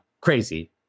crazy